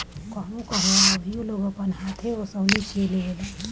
कहवो कहवो अभीओ लोग अपन हाथे ओसवनी के लेवेला